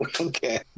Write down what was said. Okay